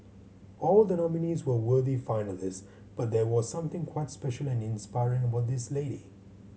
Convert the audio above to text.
all the nominees were worthy finalist but there was something quite special and inspiring about this lady